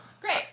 Great